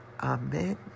amen